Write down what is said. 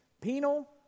Penal